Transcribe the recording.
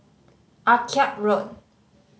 Akyab Road